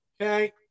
Okay